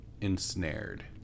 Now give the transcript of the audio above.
ensnared